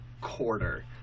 quarter